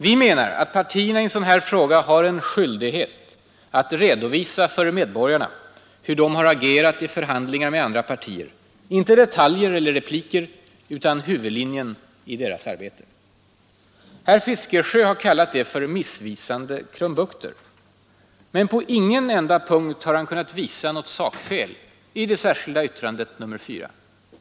Vi menar att partierna i en sådan här fråga har en skyldighet att redovisa för medborgarna hur de har agerat i förhandlingar med andra partier, inte detaljer eller repliker utan huvudlinjen i deras arbete. Herr Fiskesjö har kallat detta för ”missvisande krumbukter.” Men på ingen enda punkt har han kunnat visa något sakfel i det särskilda yttrandet nr 4.